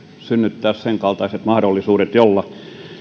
synnyttää sen kaltaiset mahdollisuudet joilla